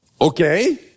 okay